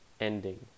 ending